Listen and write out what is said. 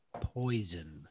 poison